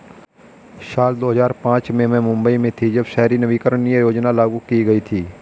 साल दो हज़ार पांच में मैं मुम्बई में थी, जब शहरी नवीकरणीय योजना लागू की गई थी